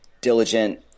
diligent